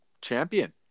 champion